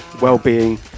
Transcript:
well-being